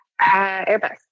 Airbus